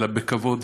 אלא בכבוד.